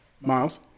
Miles